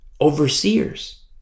overseers